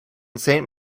saint